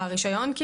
כלומר, ברישיון?